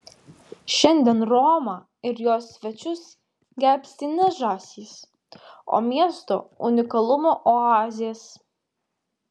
šiandien romą ir jos svečius gelbsti ne žąsys o miesto unikalumo oazės